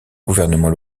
gouvernement